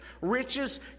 Riches